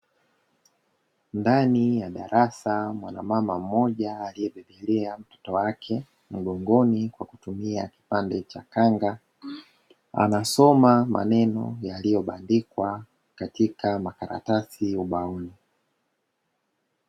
Ndani ya darasa, mwanamama mmoja aliyebeba mtoto wake mgongoni kwa kutumia kipande cha kanga, anasoma maneno yaliyobandikwa katika makaratasi ubaoni.